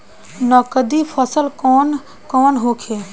नकदी फसल कौन कौनहोखे?